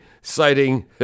citing